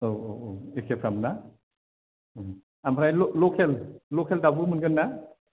औ औ औ एखेफ्राम ना आमफ्राय लकेल लकेल दावबो मोनगोन ना